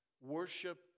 Worship